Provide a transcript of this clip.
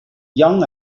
young